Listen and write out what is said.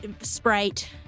Sprite